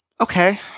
Okay